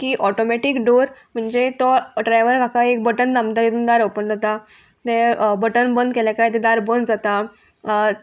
की automatic door म्हणजे तो ड्रायवर काका एक बटन दामता तितून दार ओपन जाता तें बटन बंद केले काय तें दार बंद जाता